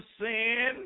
sin